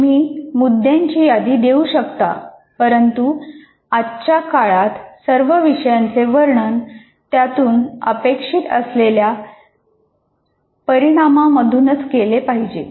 तुम्ही मुद्द्यांची यादी देऊ शकता परंतु आजच्या काळात सर्व विषयांचे वर्णन त्यातून अपेक्षित असलेल्या परिणाम मधूनच केले पाहिजे